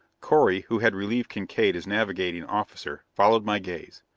correy, who had relieved kincaide as navigating officer, followed my gaze.